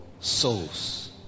Souls